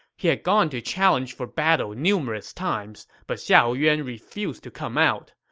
he had gone to challenge for battle numerous times, but xiahou yuan refused to come out.